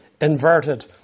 inverted